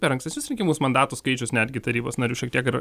per ankstesnius rinkimus mandatų skaičius netgi tarybos narių šiek tiek ir